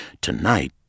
Tonight